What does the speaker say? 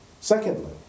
Secondly